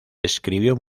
escribió